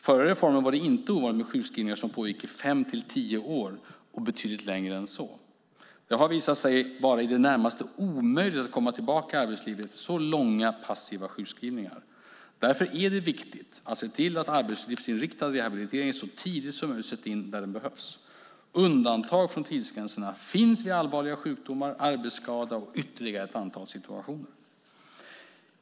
Före reformen var det inte ovanligt med sjukskrivningar som pågick fem till tio år och även betydligt längre än så. Det har visat sig vara i det närmaste omöjligt att komma tillbaka till arbetslivet efter långa, passiva sjukskrivningar. Därför är det viktigt att se till att arbetslivsinriktad rehabilitering så tidigt som möjligt sätts in där det behövs. Undantag från tidsgränserna finns vid allvarliga sjukdomar, arbetsskada och ytterligare ett antal situationer.